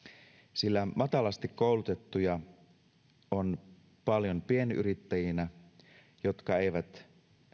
sillä matalasti koulutettuja on paljon pienyrittäjinä jotka eivät